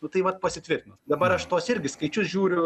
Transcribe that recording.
nu tai vat pasitvirtino dabar aš tuos irgi skaičius žiūriu